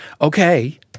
Okay